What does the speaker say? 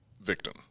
victim